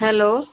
hello